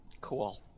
Cool